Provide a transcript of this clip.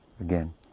again